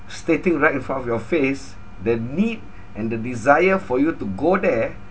stating right in front of your face the need and the desire for you to go there